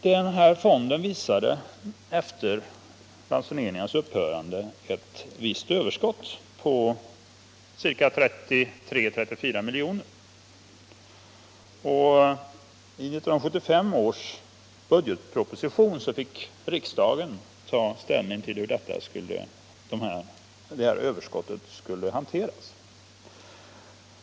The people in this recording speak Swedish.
Clearingfonden visade efter ransoneringens upphörande ett överskott på 33-34 miljoner. Vid behandlingen av 1975 års budgetproposition fick riksdagen ta ställning till hur detta överskott skulle hanteras.